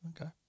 Okay